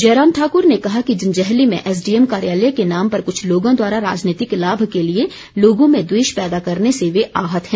जयराम ठाकुर ने कहा कि जंजैहली में एसडीएम कार्यालय के नाम पर कुछ लोगों द्वारा राजनीतिक लाभ के लिए लोगों में द्वेष पैदा करने से वे आहत हैं